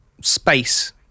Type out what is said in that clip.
space